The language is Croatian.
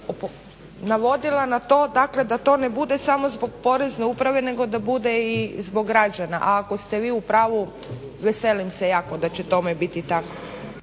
navodila na to dakle da to ne bude samo zbog Porezne uprave nego da bude i zbog građana, a ako ste vi u pravu veselim se jako da će tome biti ta.